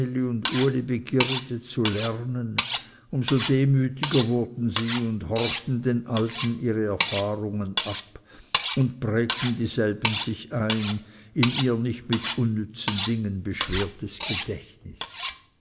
zu lernen um so demütiger wurden sie und horchten den alten ihre erfahrungen ab und prägten dieselben sich ein in ihr nicht mit unnützen dingen beschwertes gedächtnis